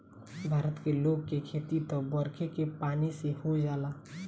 भारत के लोग के खेती त बरखे के पानी से हो जाला